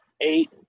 eight